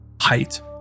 height